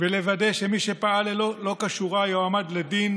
ולוודא שמי שפעל לא כשורה יועמד לדין,